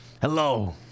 Hello